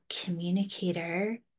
Communicator